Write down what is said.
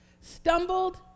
stumbled